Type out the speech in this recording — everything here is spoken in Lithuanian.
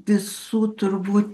visų turbūt